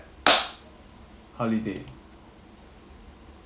holiday